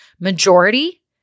Majority